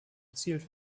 erzielt